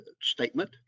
statement